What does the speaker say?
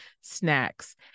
snacks